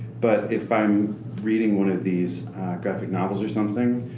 but, if i'm reading one of these graphic novels or something,